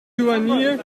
douanier